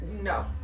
No